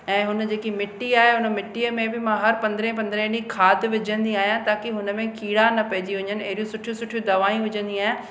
ऐं हुन जेकी मिटी आहे हुन मिटीअ में बि हर पंद्रहें पंद्रहें ॾींहं खाद विझंदी आहियां ताक़ी हुनमें कीड़ा न पएजी वञनि एरियूं सुठियूं सुठियूं दवायूं विझंदी आहियां